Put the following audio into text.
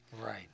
Right